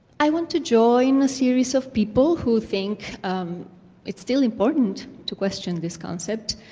i want to join a series of people who think it's still important to question this concept,